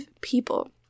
people